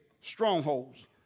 strongholds